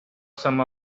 some